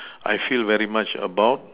I feel very much about